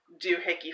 doohickey